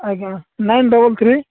ଆଜ୍ଞା nine double three